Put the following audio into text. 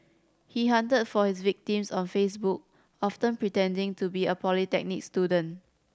he hunted for his victims on Facebook often pretending to be a polytechnic student